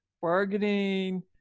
bargaining